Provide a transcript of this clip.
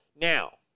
now